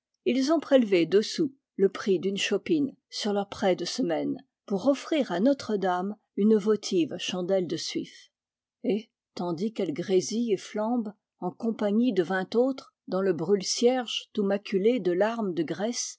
ils ont prélevé deux sous le prix d'une chopine sur leur prêt de semaine pour offrir à notre-dame une votive chandelle de suif et tandis qu'elle grésille et flambe en compagnie de vingt autres dans le brûle cierges tout maculé de larmes de graisse